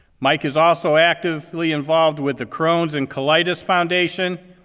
mike is also actively involved with the crohn's and colitis foundation,